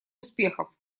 успехов